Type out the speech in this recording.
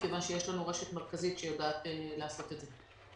מכיוון שיש לנו רשת מרכזית שיודעת לעשות את זה.